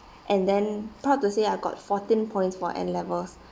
and then proud to say I got fourteen points for N levels